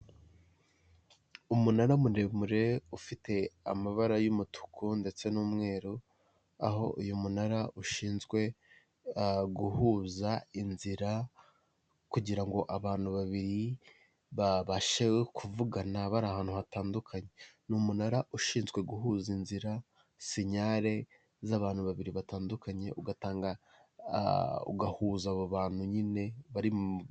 Umunara muremure ufite amabara y'umutuku ndetse n'umweru, aho uyu munara ushinzwe guhuza inzira kugira ngo abantu babiri babashe kuvugana bari ahantu hatandukanye, ni umunara ushinzwe guhuza inzira senyare z'abantu babiri batandukanye ugahuza abo bantu nyine.